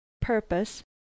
purpose